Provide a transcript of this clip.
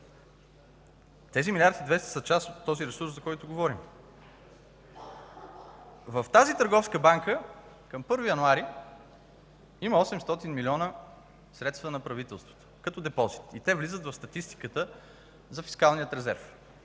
200 млн. лв. са част от ресурса, за който говорим. В тази търговска банка към 1 януари има 800 милиона средства на правителството като депозит и те влизат в статистиката за фискалния резерв.